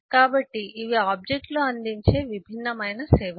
కాబట్టి ఇవి ఆబ్జెక్ట్ లు అందించే విభిన్నమైన సేవలు